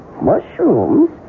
mushrooms